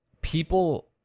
people